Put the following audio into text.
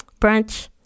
brunch